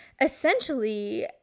essentially